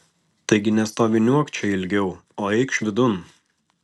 taigi nestoviniuok čia ilgiau o eikš vidun